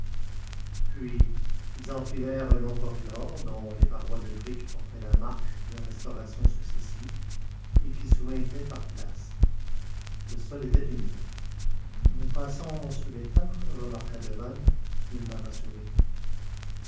un long corridor dont les parois de briques portaient la marque de restaurations successives et qui suintaient par places le sol était humide nous passons sous l'étang remarqua devanne nullement rassuré